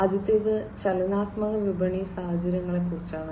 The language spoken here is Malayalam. ആദ്യത്തേത് ചലനാത്മക വിപണി സാഹചര്യങ്ങളെക്കുറിച്ചാണ്